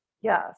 Yes